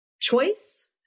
choice